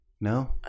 No